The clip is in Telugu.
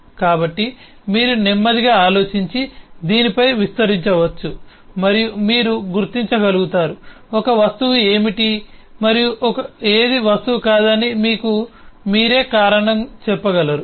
కాబట్టి మీరు నెమ్మదిగా ఆలోచించి దీనిపై విస్తరించవచ్చు మరియు మీరు గుర్తించగలుగుతారు ఒక వస్తువు ఏమిటి మరియు ఏది వస్తువు కాదని మీకు మీరే కారణం చెప్పగలరు